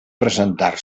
presentar